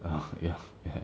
ya ya ya